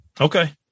Okay